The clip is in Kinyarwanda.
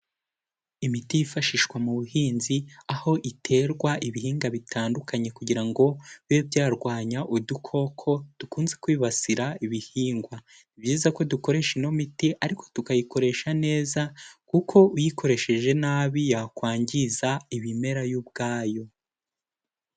Imiti yifashishwa mu buhinzi, aho iterwa ibihingwa bitandukanye kugira ngo bibe byarwanya udukoko dukunze kwibasira ibihingwa, ni byiza ko dukoresha ino miti ariko tukayikoresha neza, kuko uyikoresheje nabi yakwangiza ibimera yo ubwayo.